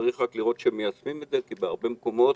רק צריך לראות שמיישמים את זה, כי בהרבה מקומות